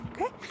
Okay